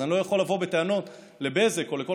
אז אני לא יכול לבוא בטענות לבזק או לכל